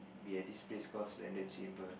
be at this place call Surrender Chamber